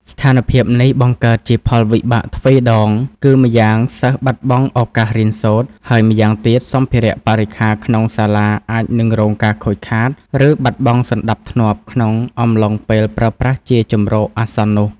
ស្ថានភាពនេះបង្កើតជាផលវិបាកទ្វេដង គឺម្យ៉ាងសិស្សបាត់បង់ឱកាសរៀនសូត្រ ហើយម្យ៉ាងទៀតសម្ភារៈបរិក្ខារក្នុងសាលាអាចនឹងរងការខូចខាត ឬបាត់បង់សណ្តាប់ធ្នាប់ក្នុងអំឡុងពេលប្រើប្រាស់ជាជម្រកអាសន្ននោះ។